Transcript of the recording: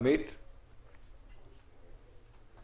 עמית, בבקשה.